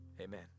amen